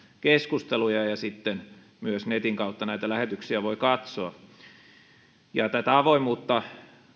keskusteluja ja sitten myös netin kautta näitä lähetyksiä voi katsoa tätä avoimuutta